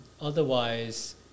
otherwise